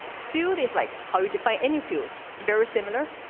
food is like how defy any fuel? very similar.